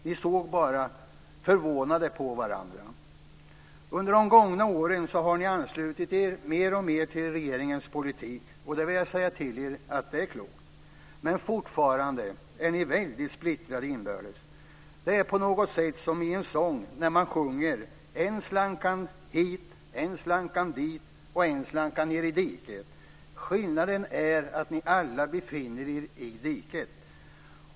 Ni såg bara förvånade på varandra. Under de gångna åren har ni anslutit er mer och mer till regeringens politik, och det är klokt. Men fortfarande är ni väldigt splittrade inbördes. Det är på något sätt som man sjunger i en sång: Än slank han hit, än slank han dit och än slank han ned i diket. Skillnaden är att ni alla befinner er i diket.